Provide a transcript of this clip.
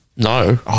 No